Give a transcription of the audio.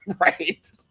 right